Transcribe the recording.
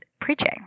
preaching